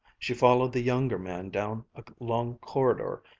she followed the younger man down a long corridor,